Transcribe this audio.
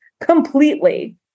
Completely